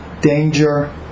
danger